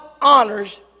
honors